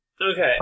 Okay